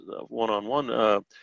One-on-one